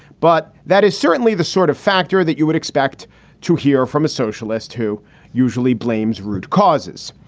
but that is certainly the sort of factor that you would expect to hear from a socialist who usually blames root causes.